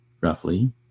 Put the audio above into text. roughly